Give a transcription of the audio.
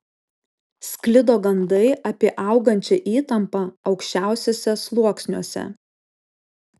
sklido gandai apie augančią įtampą aukščiausiuose sluoksniuose